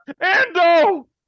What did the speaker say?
Ando